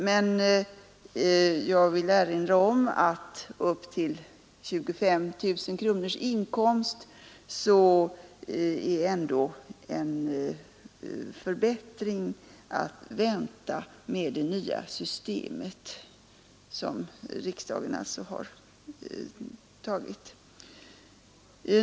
Men jag vill erinra om att upp till 25 000 kronors inkomst är ändå förbättring att vänta med det nya systemet, som riksdagen alltså har beslutat.